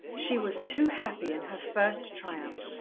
she was too happy in her first triumph.